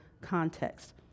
context